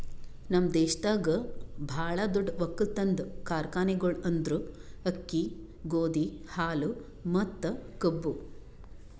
ನಮ್ ದೇಶದಾಗ್ ಭಾಳ ದೊಡ್ಡ ಒಕ್ಕಲತನದ್ ಕಾರ್ಖಾನೆಗೊಳ್ ಅಂದುರ್ ಅಕ್ಕಿ, ಗೋದಿ, ಹಾಲು ಮತ್ತ ಕಬ್ಬು